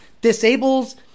disables